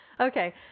Okay